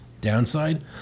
Downside